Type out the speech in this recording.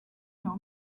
know